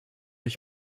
ich